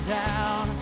down